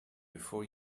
before